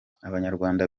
abanyarwanda